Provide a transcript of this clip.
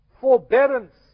forbearance